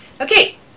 Okay